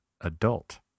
Adult